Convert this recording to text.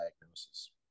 diagnosis